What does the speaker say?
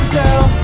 girl